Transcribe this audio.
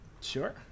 Sure